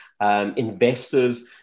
investors